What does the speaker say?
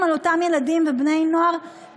אדוני היושב בראש,